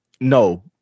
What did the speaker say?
No